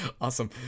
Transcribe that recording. Awesome